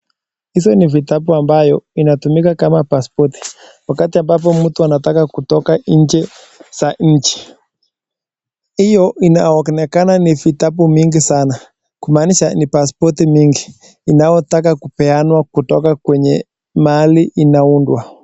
Hizi ni vitabu ambayo inatumika kama paspoti, wakati ambapo mtu anataka kutoka nje za nchi. Hiyo inaonekana ni vitabu mingi sana kumaanisha ni paspoti mingi inayotaka kupeanwa kutoka kwenye mahali inaundwa.